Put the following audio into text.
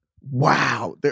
Wow